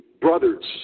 brothers